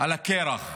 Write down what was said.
על הקרח",